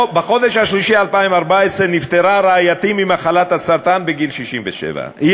בחודש מרס 2014 נפטרה רעייתי ממחלת הסרטן בגיל 67. היא